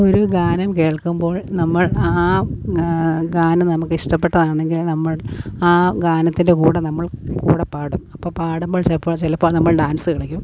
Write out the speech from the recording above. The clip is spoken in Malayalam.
ഒരു ഗാനം കേൾക്കുമ്പോൾ നമ്മൾ ആ ഗാനം നമുക്ക് ഇഷ്ടപ്പെട്ടത് ആണെകിൽ നമ്മൾ ആ ഗാനത്തിൻ്റെ കൂടെ നമ്മൾ കൂടെ പാടും അപ്പോൾ പാടുമ്പോൾ ചിലപ്പോൾ ചിലപ്പോൾ നമ്മൾ ഡാൻസ് കളിക്കും